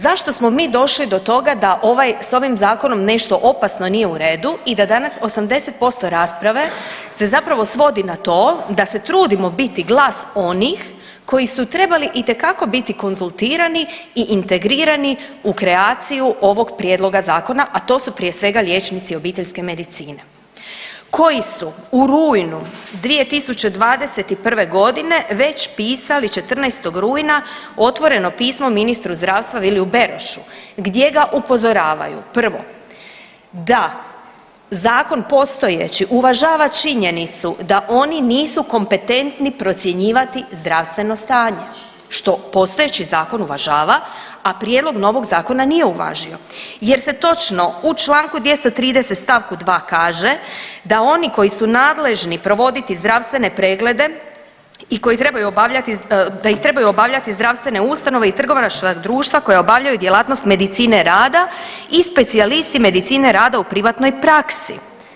Zašto smo mi došli do toga da s ovim zakonom nešto opasno nije u redu i da danas 80% rasprave se zapravo svodi na to da se trudimo biti glas onih koji su trebali biti itekako konzultirani i integrirani u kreaciju ovog prijedloga zakona, a to su prije svega liječnici obiteljske medicine koji su rujnu 2021.g. već pisali 14. rujna otvoreno pismo ministru zdravstva Viliju Berošu gdje ga upozoravaju Prvo, da zakon postojeći uvažava činjenicu da oni nisu kompetentni procjenjivati zdravstveno stanje, što postojeći zakon uvažava, a prijedlog novog zakona nije uvažio jer se točno u čl. 230. st. 2. kaže da oni koji su nadležni provoditi zdravstvene preglede da ih trebaju obavljati zdravstvene ustanove i trgovačka društva koja obavljaju djelatnost medicine rada i specijalisti medicine rada u privatnoj praksi.